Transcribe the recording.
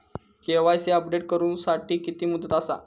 KYC update करू साठी किती मुदत आसा?